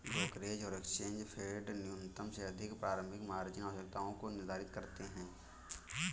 brokerage और exchange फेडन्यूनतम से अधिक प्रारंभिक मार्जिन आवश्यकताओं को निर्धारित करते हैं